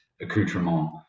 accoutrement